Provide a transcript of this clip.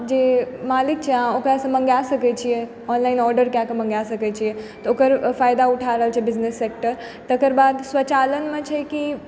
जे मालिक छै अहाँ ओकरा सऽ मंगाए सकै छियै ऑनलाइन आर्डर कए कऽ मंगाए सकै छियै तऽ ओकर फायदा उठाए रहल छै बिजनेस सेक्टर तकर बाद स्वचालनमे छै कि